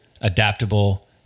adaptable